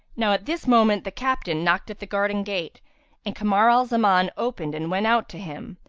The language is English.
now at this moment, the captain knocked at the garden-gate, and kamar al-zaman opened and went out to him,